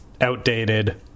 outdated